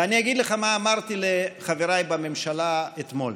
ואני אגיד לך מה אמרתי לחבריי בממשלה אתמול.